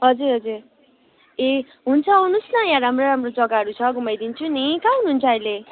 हजुर हजुर ए हुन्छ आउनुहोस् न यहाँ राम्रो राम्रो जग्गाहरू छ घुमाइदिन्छु नि कहाँ हुनुहुन्छ अहिले